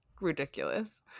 ridiculous